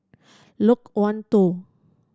Loke Wan Tho